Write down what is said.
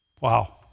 Wow